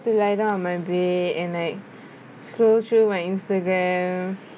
to lie down on my bed and like scroll through my instagram